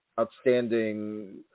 outstanding